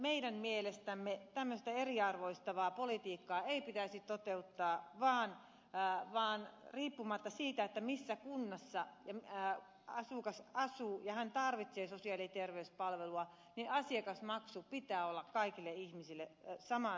meidän mielestämme tämmöistä eriarvoistavaa politiikkaa ei pitäisi toteuttaa vaan riippumatta siitä missä kunnassa asukas asuu kun hän tarvitsee sosiaali ja terveyspalvelua asiakasmaksun pitää olla kaikille ihmisille samanlainen